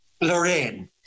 Lorraine